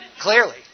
Clearly